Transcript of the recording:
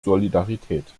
solidarität